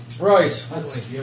right